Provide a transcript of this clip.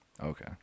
Okay